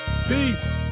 Peace